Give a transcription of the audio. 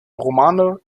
romane